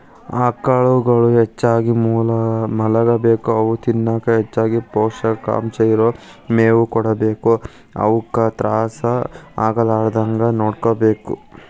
ಆಕಳುಗಳು ಹೆಚ್ಚಾಗಿ ಮಲಗಬೇಕು ಅವು ತಿನ್ನಕ ಹೆಚ್ಚಗಿ ಪೋಷಕಾಂಶ ಇರೋ ಮೇವು ಕೊಡಬೇಕು ಅವುಕ ತ್ರಾಸ ಆಗಲಾರದಂಗ ನೋಡ್ಕೋಬೇಕು